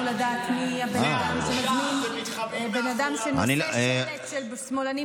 לדעת מי הבן אדם שמזמין בן אדם שנושא שלט "שמאלנים בוגדים".